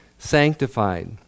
sanctified